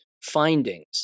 Findings